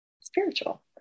spiritual